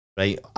Right